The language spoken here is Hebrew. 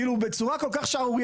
אנחנו בליכוד ביקשנו שהוא יגיע.